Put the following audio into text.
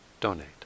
donate